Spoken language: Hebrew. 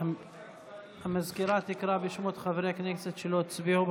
סגנית המזכיר תקרא בשמות חברי הכנסת שלא הצביעו,